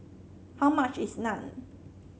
how much is Naan